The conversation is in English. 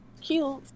cute